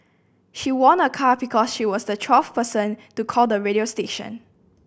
she won a car because she was the twelfth person to call the radio station